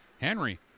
Henry